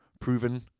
proven